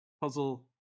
puzzle